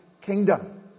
kingdom